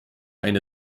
eine